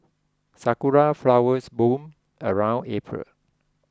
sakura flowers bloom around April